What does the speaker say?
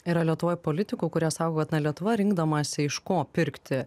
yra lietuvoj politikų kurie sako kad na lietuva rinkdamasi iš ko pirkti